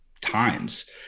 times